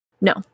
No